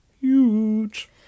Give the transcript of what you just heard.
Huge